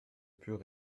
pus